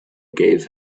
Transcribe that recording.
gave